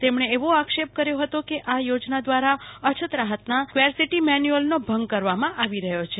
તેમણે એવો આક્ષેપ કર્યો હતો કે આ યોજનો દ્રારા અછત રાહતના સકેરસિટી મેન્યુલનો ભંગ કરવામાં આવ્યો છે